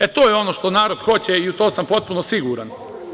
E, to je ono što narod hoće i u to sam potpuno siguran.